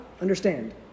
understand